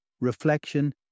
reflection